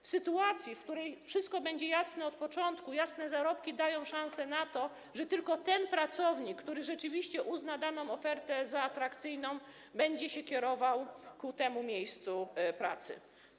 W sytuacji, w której wszystko będzie jasne od początku - jasne zarobki dają szansę na to - tylko ten pracownik, który rzeczywiście uzna daną ofertę za atrakcyjną, będzie się kierował ku temu miejscu pracy.